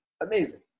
Amazing